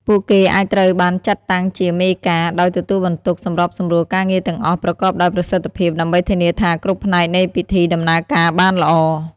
ពួកគេអាចត្រូវបានចាត់តាំងជា "មេការ" ដោយទទួលបន្ទុក សម្របសម្រួលការងារទាំងអស់ ប្រកបដោយប្រសិទ្ធភាព ដើម្បីធានាថាគ្រប់ផ្នែកនៃពិធីដំណើរការបានល្អ។